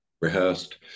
rehearsed